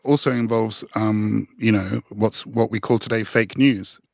also involves, um you know, what's what we call today fake news.